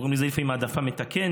קוראים לזה לפעמים העדפה מתקנת,